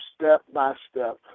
step-by-step